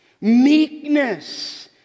meekness